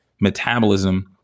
metabolism